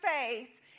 faith